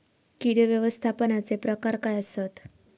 कीड व्यवस्थापनाचे प्रकार काय आसत?